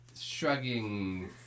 shrugging